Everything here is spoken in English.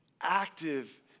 active